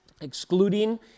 excluding